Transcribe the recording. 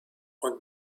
und